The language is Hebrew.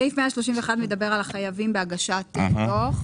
סעיף 131 מדבר על החייבים בהגשת דוח.